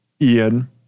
Ian